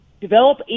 develop